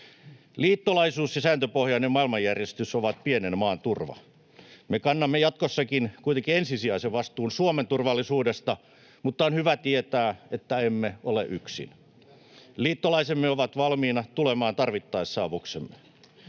Liittolaisuus ja sääntöpohjainen maailmanjärjestys ovat pienen maan turva. Me kannamme jatkossakin ensisijaisen vastuun Suomen turvallisuudesta, mutta on hyvä tietää, että emme ole yksin. Liittolaisemme ovat valmiina tulemaan tarvittaessa avuksemme.